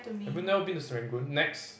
have you never been to Serangoon Nex